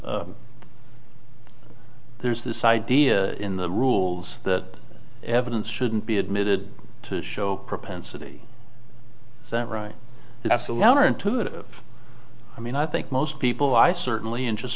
there's this idea in the rules that evidence shouldn't be admitted to show propensity that right that's a loner intuitive i mean i think most people i certainly interest